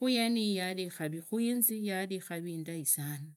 kha geneiyi yari ikari indai khuinzi yari ilari indai sana.